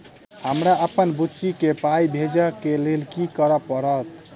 हमरा अप्पन बुची केँ पाई भेजइ केँ लेल की करऽ पड़त?